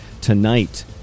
Tonight